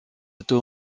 auto